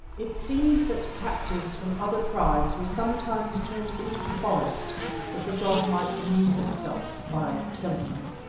it seems that captives from other tribes were sometimes turned into the forest that the god might amuse itself by killing them.